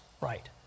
right